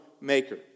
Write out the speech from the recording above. maker